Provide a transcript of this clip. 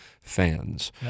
fans